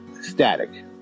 static